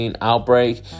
outbreak